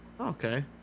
Okay